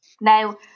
now